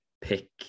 pick